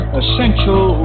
essential